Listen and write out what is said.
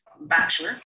bachelor